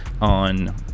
on